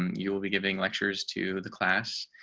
you will be giving lectures to the class.